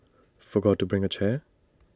forgot to bring A chair